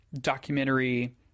documentary